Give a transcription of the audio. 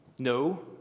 No